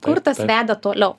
kur tas veda toliau